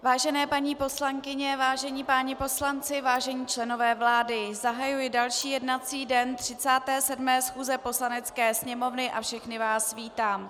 Vážené paní poslankyně, vážení páni poslanci, vážení členové vlády, zahajuji další jednací den 37. schůze Poslanecké sněmovny a všechny vás vítám.